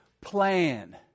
plan